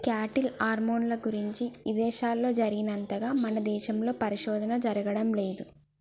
cattle హార్మోన్ల గురించి ఇదేశాల్లో జరిగినంతగా మన దేశంలో పరిశోధన జరగడం లేదు